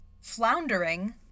floundering